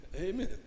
Amen